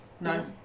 No